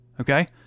Okay